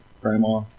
grandma